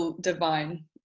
divine